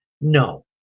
No